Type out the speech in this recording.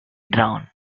drown